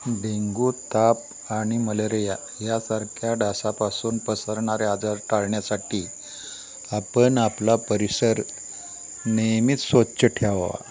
dengue ताप आणि malaria यासारख्या डासापासून पसरणारे आजार टाळण्यासाठी आपण आपला परिसर नेहमीच स्वच्छ ठेवावा